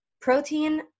protein